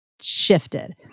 shifted